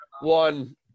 one